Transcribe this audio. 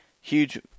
Huge